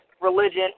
religion